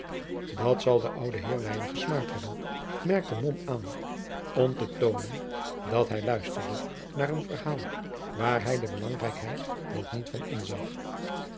dat zal den ouden heer weinig gesmaakt hebben merkte mom aan om te toonen dat hij luisterde naar een verhaal waar hij de belangrijkheid nog niet van inzag